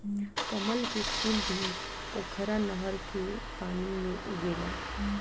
कमल के फूल भी पोखरा नहर के पानी में उगेला